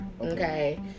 okay